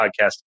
podcast